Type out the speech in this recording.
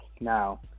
Now